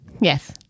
Yes